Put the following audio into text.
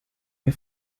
mir